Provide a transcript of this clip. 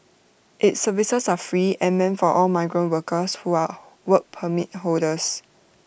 its services are free and meant for all migrant workers who are Work Permit holders